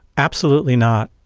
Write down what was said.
absolutely not.